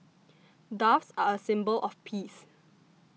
doves are a symbol of peace